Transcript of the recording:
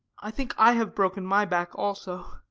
i think i have broken my back also.